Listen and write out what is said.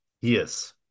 Yes